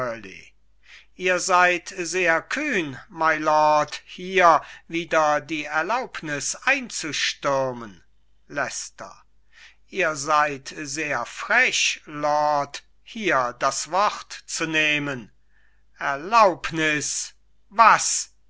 ihr seid sehr kühn mylord hier wider die erlaubnis einzustürmen leicester ihr seid sehr frech lord hier das wort zu nehmen erlaubnis was